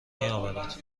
میاورد